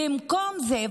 במקום זה,